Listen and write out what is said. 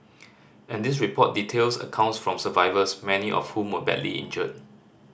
and this report details accounts from survivors many of whom were badly injured